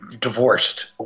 divorced